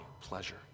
pleasure